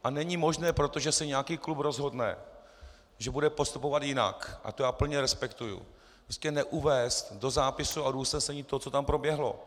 A není možné, proto, že se nějaký klub rozhodne, že bude postupovat jinak, a to já plně respektuji, neuvést do zápisu a do usnesení to, co tam proběhlo.